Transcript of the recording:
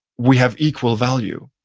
we have equal value.